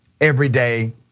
everyday